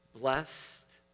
blessed